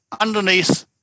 underneath